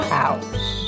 house